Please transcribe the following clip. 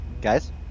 guys